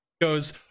goes